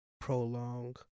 prolong